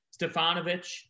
Stefanovic